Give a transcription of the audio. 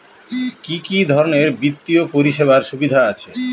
কি কি ধরনের বিত্তীয় পরিষেবার সুবিধা আছে?